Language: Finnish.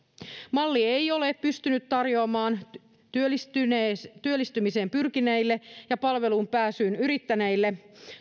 malli ei ole pystynyt tarjoamaan työllistymiseen pyrkineille ja palveluun pääsyä yrittäneille